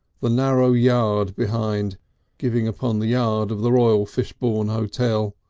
the narrow yard behind giving upon the yard of the royal fishbourne hotel,